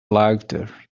laughter